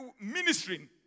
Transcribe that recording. ministering